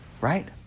right